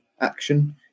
action